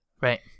Right